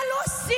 מה לא עשינו,